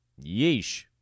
Yeesh